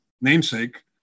namesake